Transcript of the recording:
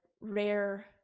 rare